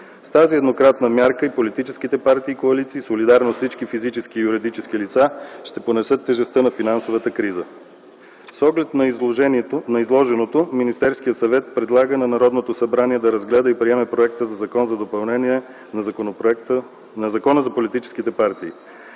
С тази еднократна мярка и политическите партии и коалиции, солидарно с всички физически и юридически лица, ще понесат тежестта на финансовата криза. С оглед на изложеното Министерският съвет предлага на Народното събрание да разгледа и приеме Законопроекта за допълнение на Закона за политическите партии.